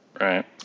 right